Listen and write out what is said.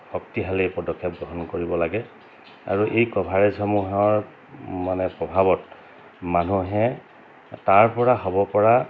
শক্তিশালী পদক্ষেপ গ্ৰহণ কৰিব লাগে আৰু এই কভাৰেজসমূহৰ মানে প্ৰভাৱত মানুহে তাৰ পৰা হ'ব পৰা